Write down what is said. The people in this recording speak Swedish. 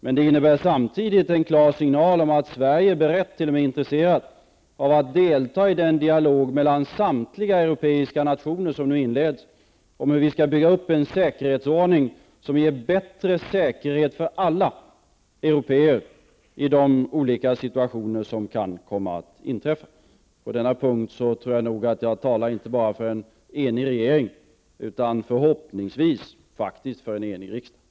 Men det innebär samtidigt en klar signal om att Sverige är berett och t.o.m. intresserat av att delta i den dialog mellan samtliga europeiska nationer som nu inleds om hur vi skall bygga upp en säkerhetsordning som ger bättre säkerhet för alla européer i de olika situationer som kan komma att inträffa. På denna punkt tror jag att jag talar inte bara för en enig regering utan förhoppningsvis för en enig riksdag.